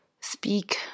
speak